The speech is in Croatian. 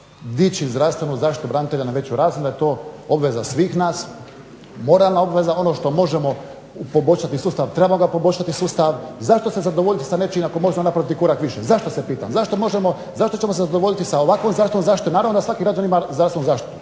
dići zdravstvenu zaštitu branitelja na veću razinu da je to obveza svih nas, moralna obveza. Ono što možemo poboljšati sustav trebamo ga poboljšati. Zašto se zadovoljiti s nečim ako možemo napraviti korak više? Zašto, se pitam. Zašto ćemo se zadovoljiti sa ovakvom zaštitom? Naravno da svaki građanin ima